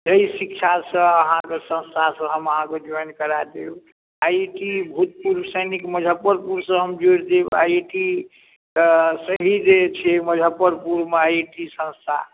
तहिमे शिक्षासँ अहाँक संस्थासँ हम अहाँक जोइन करा देब आइ आइ टी भोजपुर सैनिक मजफ्फरपुरसँ हम जोड़ि देब आइ आइ टी कऽ सभी जे छै मजफ्फरपुरमे आइ आइ टी संस्था